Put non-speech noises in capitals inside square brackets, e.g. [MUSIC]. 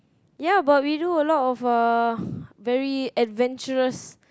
ya but we do a lot of uh [BREATH] very adventurous